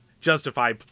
justify